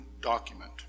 document